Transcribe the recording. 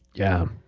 yeah.